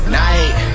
night